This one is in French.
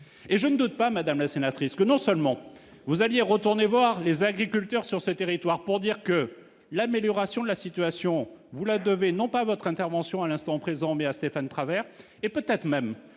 et je ne doute pas, Madame la sénatrice, que non seulement vous allez retourner voir les agriculteurs sur ce territoire pour dire que l'amélioration de la situation, vous la devez non pas votre intervention à l'instant présent, mais Stéphane Travert et peut-être même